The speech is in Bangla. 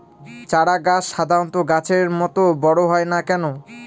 চারা গাছ সাধারণ গাছের মত বড় হয় না কেনো?